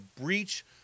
breach